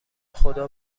خدا